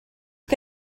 che